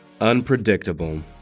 Unpredictable